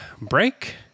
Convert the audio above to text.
break